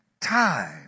time